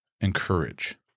encourage